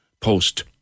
post